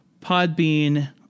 Podbean